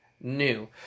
new